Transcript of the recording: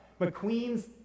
McQueen's